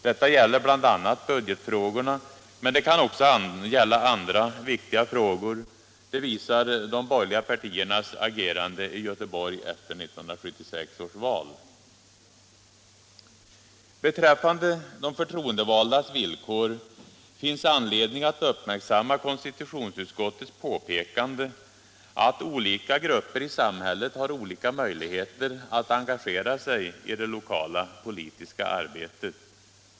Detta gäller bl.a. budgetfrågorna, men det kan också gälla andra viktiga frågor. Det visar de borgerliga partiernas agerande i Göteborg efter 1976 års val. Beträffande de förtroendevaldas villkor finns anledning att uppmärksamma konstitutionsutskottets påpekande att olika grupper i samhället har olika möjligheter att engagera sig i det lokala politiska arbetet.